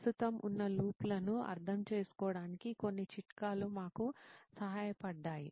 ప్రస్తుతం ఉన్న లూప్లను అర్థం చేసుకోవడానికి కొన్ని చిట్కాలు మాకు సహాయపడ్డాయి